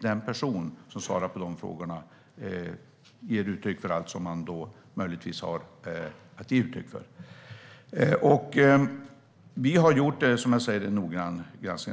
den person som svarar på frågorna ger uttryck för allt som det möjligtvis finns att ge uttryck för. Vi har gjort en noggrann granskning.